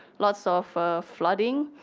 lots of flooding.